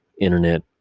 internet